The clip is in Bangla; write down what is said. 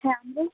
হ্যাঁ